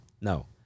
No